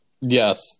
Yes